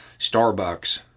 Starbucks